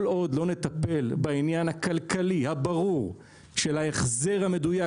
כל עוד לא נטפל בעניין הכלכלי הברור של ההחזר המדוייק,